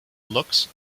looks